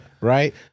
right